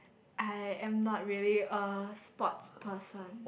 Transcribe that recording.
I am not really a sports person